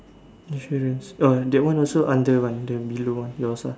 insurance orh that one also under one the below one yours ah